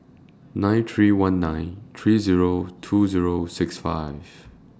nine three one nine three Zero two Zero six five